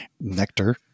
nectar